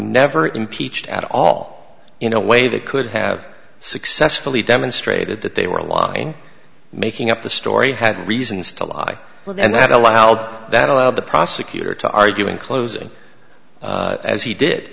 never impeached at all in a way that could have successfully demonstrated that they were lying making up the story had reasons to lie and that allowed that allowed the prosecutor to argue in closing as he did